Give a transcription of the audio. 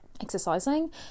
exercising